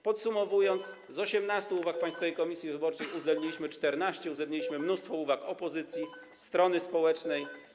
Podsumowując, z 18 uwag Państwowej Komisji Wyborczej uwzględniliśmy 14, uwzględniliśmy mnóstwo uwag opozycji, strony społecznej.